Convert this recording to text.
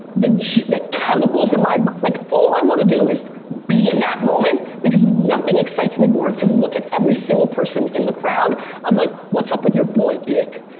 the the chemicals in my, but like all i want to do is be in that moment, because nothing excites me more to look at every single person in the crowd of like, what's up with your boy, dick?